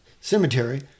cemetery